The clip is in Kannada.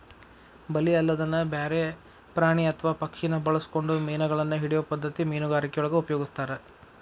ಬಲಿ ಅಲ್ಲದನ ಬ್ಯಾರೆ ಪ್ರಾಣಿ ಅತ್ವಾ ಪಕ್ಷಿನ ಬಳಸ್ಕೊಂಡು ಮೇನಗಳನ್ನ ಹಿಡಿಯೋ ಪದ್ಧತಿ ಮೇನುಗಾರಿಕೆಯೊಳಗ ಉಪಯೊಗಸ್ತಾರ